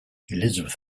elizabeth